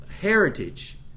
heritage